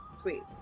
sweet